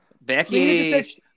Becky